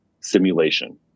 simulation